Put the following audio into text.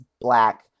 black